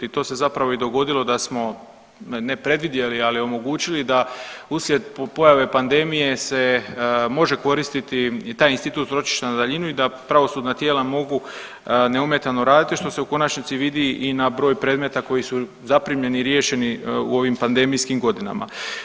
I to se zapravo i dogodilo da smo ne predvidjeli, ali omogućili da uslijed pojave pandemije se može koristiti i taj institut ročišta na daljinu i da pravosudna tijela mogu neometano raditi, što se u konačnici vidi i na broju predmeta koji su zaprimljeni i riješeni u ovim pandemijskim godinama.